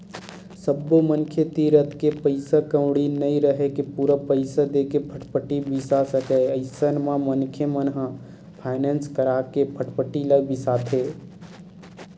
सब्बो मनखे तीर अतेक पइसा कउड़ी नइ राहय के पूरा पइसा देके फटफटी बिसा सकय अइसन म मनखे मन ह फायनेंस करा के फटफटी ल बिसाथे